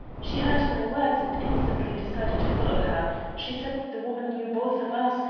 she heard my words and instantly decided to follow her. she said that the woman knew both of us,